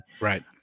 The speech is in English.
right